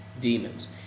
demons